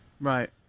Right